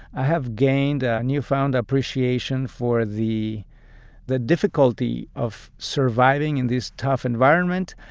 i have gained a newfound appreciation for the the difficulty of surviving in this tough environment,